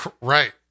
Right